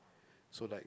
so like